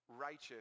righteous